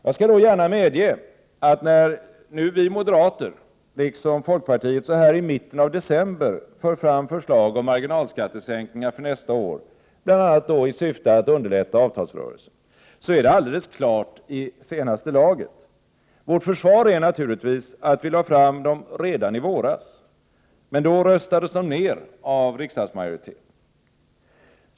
Jag skall gärna medge, att när nu vi moderater liksom folkpartiet så här i mitten av december för fram förslag om marginalskattesänkningar för nästa år, bl.a. i syfte att underlätta avtalsrörelsen, är det alldeles klart i senaste I laget. Vårt försvar är naturligtvis att vi lade fram dem redan i våras, men då 5 röstades de ned av riksdagsmajoriteten.